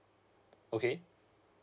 okay